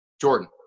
jordan